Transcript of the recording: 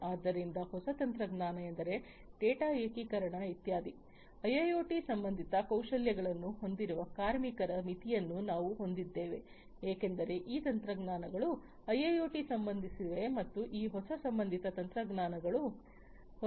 ಆದ್ದರಿಂದ ಹೊಸ ತಂತ್ರಜ್ಞಾನ ಎಂದರೆ ಡೇಟಾ ಏಕೀಕರಣ ಇತ್ಯಾದಿ ಐಐಒಟಿ ಸಂಬಂಧಿತ ಕೌಶಲ್ಯಗಳನ್ನು ಹೊಂದಿರುವ ಕಾರ್ಮಿಕರ ಮಿತಿಯನ್ನು ನಾವು ಹೊಂದಿದ್ದೇವೆ ಏಕೆಂದರೆ ಈ ತಂತ್ರಜ್ಞಾನಗಳು ಐಐಒಟಿಗೆ ಸಂಬಂಧಿಸಿವೆ ಮತ್ತು ಈ ಹೊಸ ಸಂಬಂಧಿತ ತಂತ್ರಜ್ಞಾನಗಳು ಹೊಸ ಸ್ವರೂಪದಲ್ಲಿವೆ